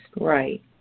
right